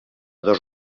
dos